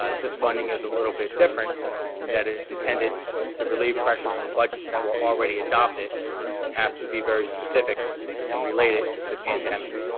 ah this funding is a little bit different in that it is intended to relief pressures on budgets that were already adopted and have to be very specific and relate it to the pandemic.